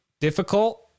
difficult